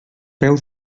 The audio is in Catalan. peu